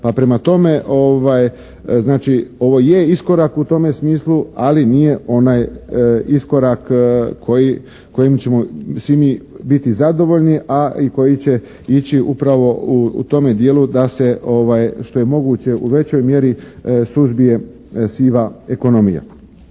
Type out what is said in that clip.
Pa prema tome, znači, ovo je iskorak u tome smislu, ali nije onaj iskorak kojim ćemo svi mi biti zadovoljni, a i koji će ići upravo u tome dijelu da se što je moguće u većoj mjeri suzbije siva ekonomija.